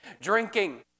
drinking